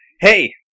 Hey